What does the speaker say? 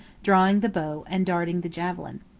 drawing the bow, and darting the javelin.